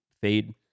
Fade